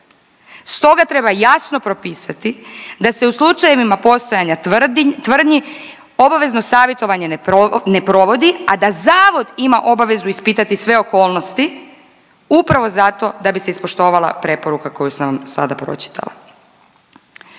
Stoga treba jasno propisati da se u slučajevima postojanja tvrdnji obavezno savjetovanje ne provodi, a da zavod ima obavezu ispitati sve okolnosti upravo zato da bi se ispoštovala preporuka koju sam vam sada pročitala.